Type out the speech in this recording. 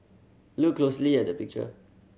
look closely at the picture